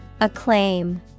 Acclaim